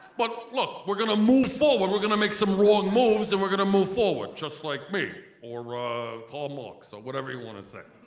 but look we're gonna move forward we're gonna make some wrong moves and we're gonna move forward just like me or ah karl marx or whatever you want to say.